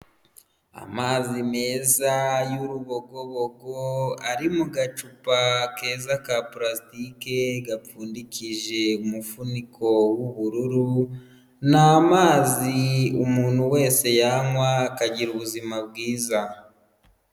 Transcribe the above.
Amazi meza y'urubogobogo ari mu gacupa keza ka pulasitike gapfundikije umufuniko w'ubururu, ni amazi umuntu wese yanywa akagira ubuzima bwiza.